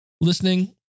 listening